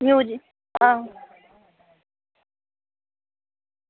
music हां